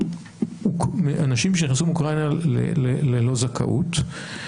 אנשים שנכנסו מאוקראינה ללא זכאות,